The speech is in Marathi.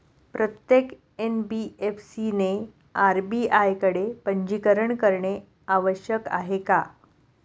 प्रत्येक एन.बी.एफ.सी ने आर.बी.आय कडे पंजीकरण करणे आवश्यक आहे का?